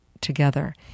together